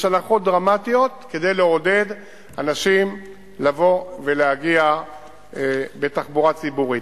יש הנחות דרמטיות כדי לעודד אנשים לבוא ולהגיע בתחבורה ציבורית.